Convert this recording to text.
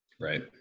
Right